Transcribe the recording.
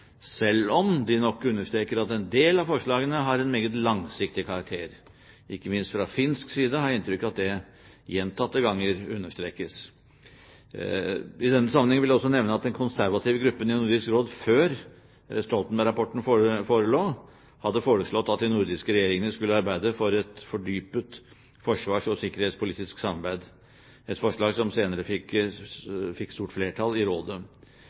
selv om de nok understreker at en del av forslagene har en meget langsiktig karakter. Ikke minst fra finsk side har jeg inntrykk av at det gjentatte ganger understrekes. I denne sammenheng vil jeg også nevne at den konservative gruppen i Nordisk Råd, før Stoltenberg-rapporten forelå, hadde foreslått at de nordiske regjeringene skulle arbeide for et fordypet forsvars- og sikkerhetspolitisk samarbeid, et forslag som senere fikk stort flertall i rådet.